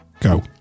Go